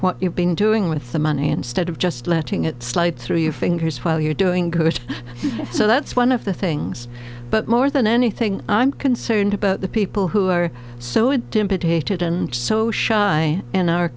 what you've been doing with the money instead of just letting it slip through your fingers while you're doing good so that's one of the things but more than anything i'm concerned about the people who are